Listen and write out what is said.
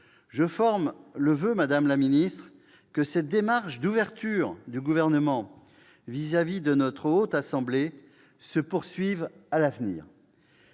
Je forme le voeu, madame la ministre, que cette démarche d'ouverture du Gouvernement à l'égard de la Haute Assemblée se poursuive à l'avenir.